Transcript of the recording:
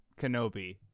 Kenobi